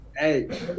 Hey